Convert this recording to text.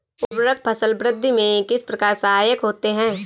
उर्वरक फसल वृद्धि में किस प्रकार सहायक होते हैं?